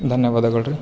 ಧನ್ಯವಾದಗಳ್ ರೀ